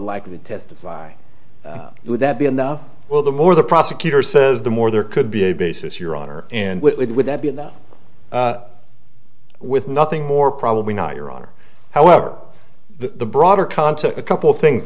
likely to testify would that be enough well the more the prosecutor says the more there could be a basis your honor and with that be enough with nothing more probably not your honor however the broader context a couple of things